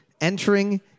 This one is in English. entering